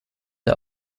are